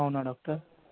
అవునా డాక్టర్